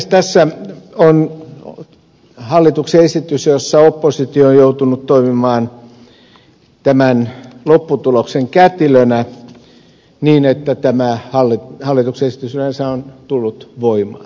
tässä on hallituksen esitys jossa oppositio on joutunut toimimaan tämän lopputuloksen kätilönä niin että tämä hallituksen esitys yleensä on tullut voimaan